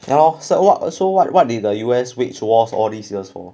ya lor so what so what what did the U_S waged wars all these years for